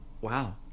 wow